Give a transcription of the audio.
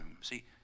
See